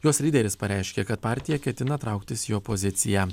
jos lyderis pareiškė kad partija ketina trauktis į opoziciją